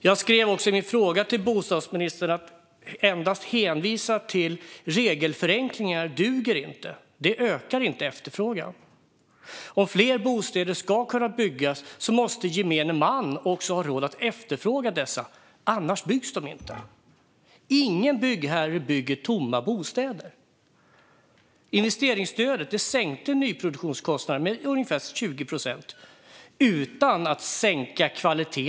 Jag skrev också i min interpellation till bostadsministern att det inte duger att endast hänvisa till regelförenklingar. Det ökar inte bostadsbyggandet. Om fler bostäder ska kunna byggas måste gemene man också ha råd att efterfråga dem - annars byggs de inte. Ingen byggherre bygger tomma bostäder. Investeringsstödet sänkte nyproduktionskostnaderna med ungefär 20 procent, utan att kvaliteten sänktes.